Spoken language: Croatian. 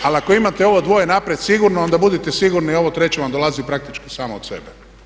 Ali ako imate ovo dvoje naprijed sigurno onda budite sigurni i ovo treće vam dolazi praktički samo od sebe.